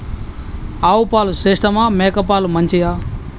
ఆవు పాలు శ్రేష్టమా మేక పాలు మంచియా?